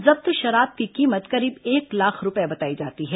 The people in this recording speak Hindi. जब्त शराब की कीमत करीब एक लाख रूपये बताई जाती है